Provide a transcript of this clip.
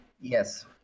Yes